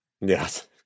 Yes